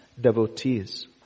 devotees